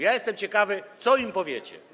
Jestem ciekawy, co im powiecie.